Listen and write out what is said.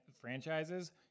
franchises